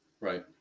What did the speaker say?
Right